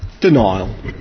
Denial